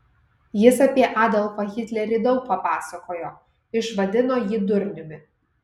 jis apie adolfą hitlerį daug papasakojo išvadino jį durniumi